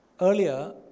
Earlier